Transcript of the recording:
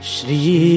Shri